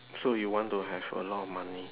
so you want to have a lot of money